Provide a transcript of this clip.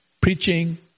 preaching